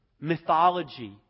mythology